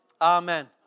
Amen